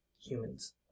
humans